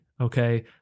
Okay